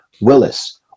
Willis